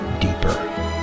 deeper